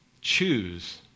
choose